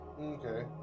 Okay